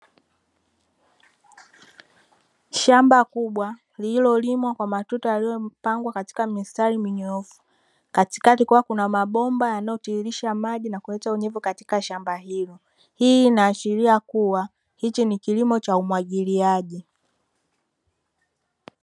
Shamba kubwa, lililolimwa kwa matuta yaliyopangwa katika mistari minyoofu, katikati kukiwa na mabomba yanayotiririsha maji na kuleta unyevu katika shamba hilo. Hii inaashiria kuwa hiki ni kilimo cha umwagiliaji.